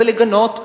לגנות,